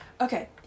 Okay